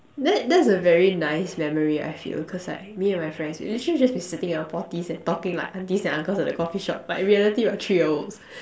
that that's a very nice memory I feel cause like me and my friends we literally just be sitting at our potties and talking like aunties and uncles at a coffee shop but in reality we are three year olds